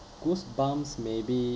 goosebumps maybe